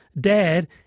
Dad